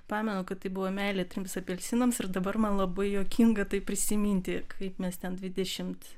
pamenu kad tai buvo meilė trims apelsinams ir dabar man labai juokinga tai prisiminti kai mes ten dvidešimt